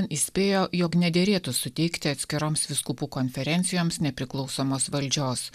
įspėjo jog nederėtų suteikti atskiroms vyskupų konferencijoms nepriklausomos valdžios